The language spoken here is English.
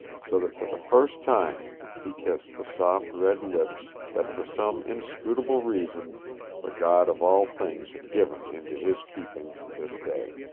so that for the first time he kissed the soft red lips that for some inscrutable reason the god of all things had given into his keeping this day.